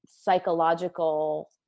psychological